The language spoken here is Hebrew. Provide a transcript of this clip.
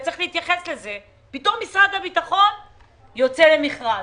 צריך להתייחס לזה - פתאום משרד הביטחון יוצא למכרז.